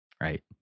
right